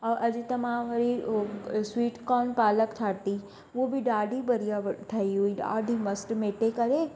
ऐं अॼु त मां वरी उहो अ स्वीट कोन पालक ठाती उहो बि ॾाढी बढ़िया ठई हुई ॾाढी मस्तु मेटे करे